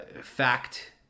fact